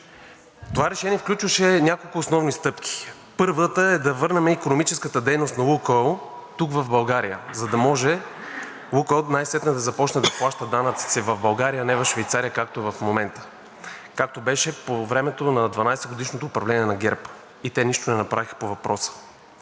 Това решение включваше няколко основни стъпки. Първата е да върнем икономическата дейност на „Лукойл“ тук в България, за да може „Лукойл“ най-сетне да започне да плаща данъците си в България, а не в Швейцария, както е в момента, както беше по времето на 12-годишното управление на ГЕРБ и те нищо не направиха по въпроса.